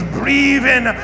breathing